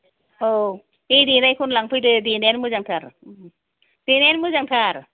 औ बे देनायखौनो लांफैदो देनायानो मोजांथार देनायानो मोजांथार